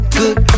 good